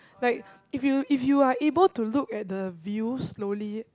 like if you if you are able to look at the view slowly